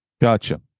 Gotcha